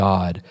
God